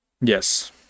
Yes